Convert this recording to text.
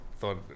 Thought